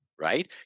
right